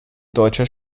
deutsche